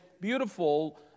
beautiful